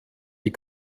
die